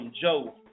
Joe